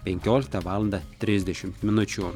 penkioliktą valandą trisdešimt minučių